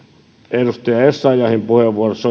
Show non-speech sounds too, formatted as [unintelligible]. edustaja essayahin puheenvuorossa [unintelligible]